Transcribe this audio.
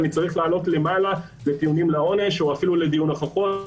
אני צריך לעלות למעלה לטיעונים לעונש או אפילו לדיון נוכחות,